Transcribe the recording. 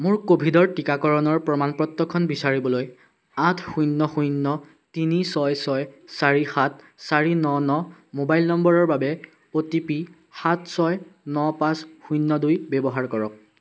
মোৰ ক'ভিডৰ টীকাকৰণৰ প্ৰমাণ পত্ৰখন বিচাৰিবলৈ আঠ শূন্য শূন্য তিনি ছয় ছয় চাৰি সাত চাৰি ন ন মোবাইল নম্বৰৰ বাবে অ' টি পি সাত ছয় ন পাঁচ শূন্য দুই ব্যৱহাৰ কৰক